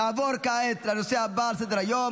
נעבור לנושא הבא על סדר-היום,